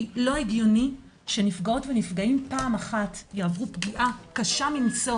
כי לא הגיוני שנפגעות ונפגעים פעם אחת יעברו פגיעה קשה מנשוא,